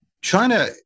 China